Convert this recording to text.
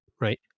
right